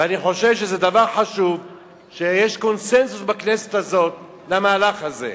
ואני חושב שזה דבר חשוב שיש קונסנזוס בכנסת הזאת למהלך הזה.